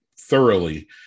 thoroughly